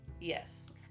Yes